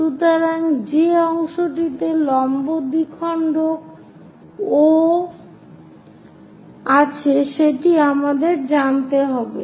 সুতরাং যে অংশটিতে লম্ব দ্বিখণ্ডক O সেটি আমাদের জানতে হবে